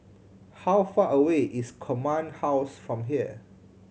how far away is Command House from here